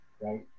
right